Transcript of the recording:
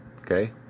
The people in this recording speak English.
Okay